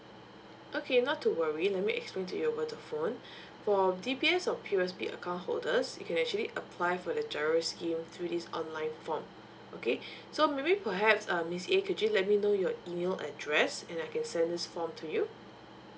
okay not to worry let me explain to you over the phone for D_B_S or P_O_S_B account holders you can actually apply for the GIRO scheme through this online form okay so maybe perhaps um miss a could you let me know your email address and I can send this form to you